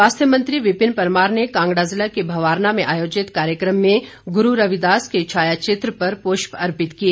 स्वाथ्य मंत्री विपिन परमार ने कांगड़ा जिला के भवारना में आयोजित कार्यक्रम में गुरु रविदास के छाया चित्र पर पुष्प अर्पित किए